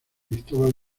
cristóbal